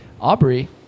Aubrey